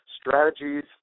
Strategies